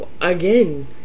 Again